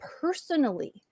personally